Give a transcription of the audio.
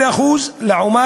לכן,